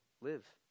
live